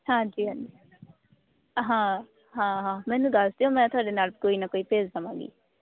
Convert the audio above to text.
ਹਾਂਜੀ ਹਾਂਜੀ ਹਾਂ ਹਾਂ ਹਾਂ ਮੈਨੂੰ ਦੱਸ ਦਿਓ ਮੈਂ ਤੁਹਡੇ ਨਾਲ਼ ਕੋਈ ਨਾ ਕੋਈ ਭੇਜ ਦੇਵਾਂਗੀ